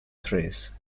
thrace